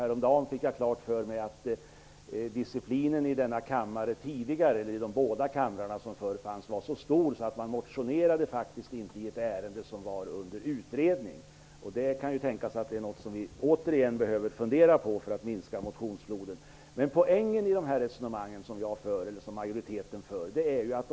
Häromdagen fick jag klart för mig att disciplinen i de båda kamrar som tidigare fanns var så stor att man faktiskt inte motionerade i ett ärende som var under utredning. Det kan tänkas att det är en ordning som vi behöver fundera på att återigen införa för att minska motionsfloden. Poängen i de resonemang som majoriteten för är följande.